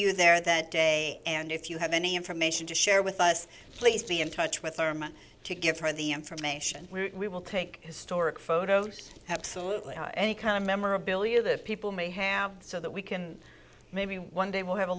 you there that day and if you have any information to share with us please be in touch with irma to give her the information we will take historic photos absolutely any kind of memorabilia that people may have so that we can maybe one day we'll have a